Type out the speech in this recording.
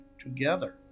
together